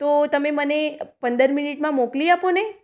તો તમે મને પંદર મિનિટમાં મોકલી આપો ને